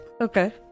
Okay